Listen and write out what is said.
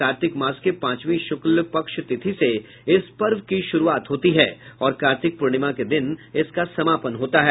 कार्तिक मास के पांचवीं शुल्क पक्ष तिथि से इस पर्व की शुरूआत होती है और कार्तिक पूर्णिमा के दिन इसका समापन होता है